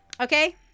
Okay